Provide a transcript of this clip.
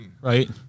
right